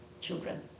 children